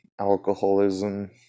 alcoholism